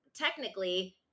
technically